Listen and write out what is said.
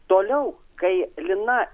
toliau kai lina